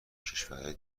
کشورای